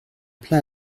plat